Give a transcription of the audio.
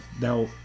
now